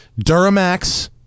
Duramax